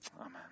Amen